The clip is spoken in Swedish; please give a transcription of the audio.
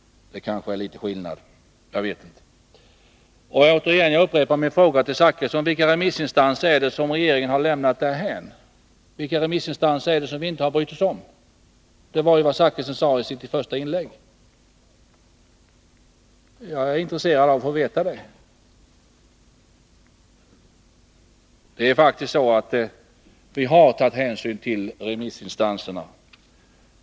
Det är kanske litet skillnad mellan mig och Bertil Zachrisson därvidlag — jag vet inte. Jag upprepar min fråga till Bertil Zachrisson: Vilka remissinstanser är det som regeringen har lämnat därhän? Bertil Zachrisson sade ju i sitt första inlägg att det finns remissinstanser som vi inte har brytt oss om. Jag är intresserad av att få veta vilka det är. Vi har faktiskt tagit hänsyn till remissinstanserna.